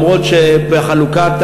אף שבחלוקת